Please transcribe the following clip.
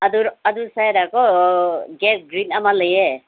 ꯑꯗꯨ ꯑꯗꯨ ꯁ꯭ꯋꯥꯏꯗꯀꯣ ꯒꯦꯠ ꯒ꯭ꯔꯤꯟ ꯑꯃ ꯂꯩꯌꯦ